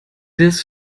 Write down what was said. des